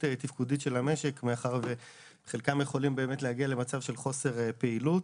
תפקודית של המשק מאחר שחלקם יכולים להגיע למצב של חוסר פעילות.